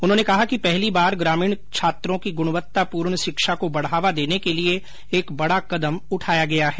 उन्होंने कहा कि पहली बार ग्रामीण छात्रों की ग्णवत्तापूर्ण शिक्षा को बढ़ावा देने के लिए एक बड़ा कदम उठाया गया है